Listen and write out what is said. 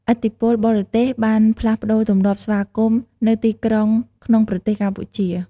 ឥទ្ធិពលបរទេសបានផ្លាស់ប្តូរទម្លាប់ស្វាគមន៍នៅទីក្រុងក្នុងប្រទេសកម្ពុជា។